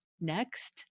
next